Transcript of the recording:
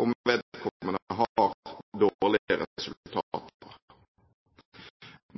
om vedkommende har dårlige resultater.